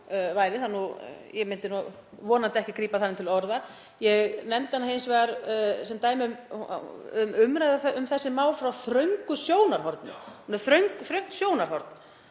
ég myndi vonandi ekki grípa þannig til orða. Ég nefndi hana hins vegar sem dæmi um umræðu um þessi mál frá þröngu sjónarhorni, (SMc: Já.) sjónarhornið